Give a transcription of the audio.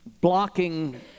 Blocking